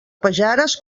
pajares